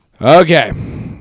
Okay